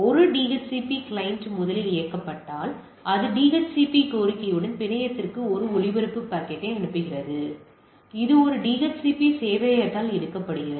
ஒரு D H C P client முதலில் இயக்கப்பட்டால் அது டிஹெச்சிபி கோரிக்கையுடன் பிணையத்திற்கு ஒரு ஒளிபரப்பு பாக்கெட்டை அனுப்புகிறது இது ஒரு டிஹெச்சிபி சேவையகத்தால் எடுக்கப்படுகிறது